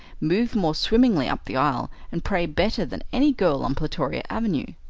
move more swimmingly up the aisle, and pray better than any girl on plutoria avenue.